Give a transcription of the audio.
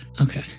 Okay